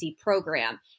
program